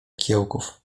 kiełków